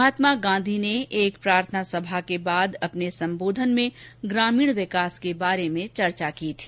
महात्मा गांधी ने एक प्रार्थनासभा के बाद अपने संबोधन में ग्रामीण विकास के बारे में चर्चा की थी